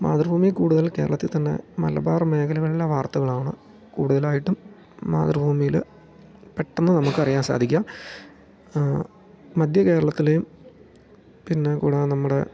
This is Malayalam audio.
മാതൃഭൂമി കൂടുതൽ കേരളത്തിൽ തന്നെ മലബാർ മേഖലകളിലെ വാർത്തകളാണ് കൂടുതലായിട്ടും മാതൃഭൂമിയിൽ പെട്ടെന്ന് നമുക്ക് അറിയാൻ സാധിക്കുക മധ്യ കേരളത്തിലെയും പിന്നെ കൂടാതെ നമ്മുടെ